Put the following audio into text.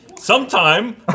Sometime